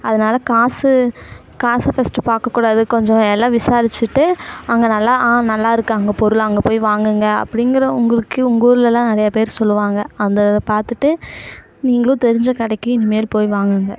அதனால் காசு காசு ஃபஸ்ட்டு பார்க்க கூடாது கொஞ்சம் எல்லாம் விசாரிச்சிட்டு அங்கே நல்லா ஆ நல்லா இருக்குது அங்கே பொருள் அங்கே போய் வாங்குங்க அப்படிங்கற உங்களுக்கு உங்கள் ஊர்லலாம் நிறைய பேர் சொல்லுவாங்க அந்த இதை பார்த்துட்டு நீங்களும் தெரிஞ்ச கடைக்கு இனிமேல் போய் வாங்குங்கள்